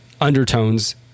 undertones